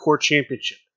Championship